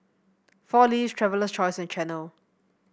Four Leaves Traveler's Choice and Chanel